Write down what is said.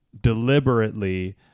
deliberately